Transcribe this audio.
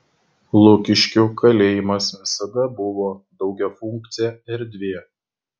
lukiškių kalėjimas visada buvo daugiafunkcė erdvė